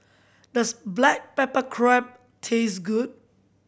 does black pepper crab taste good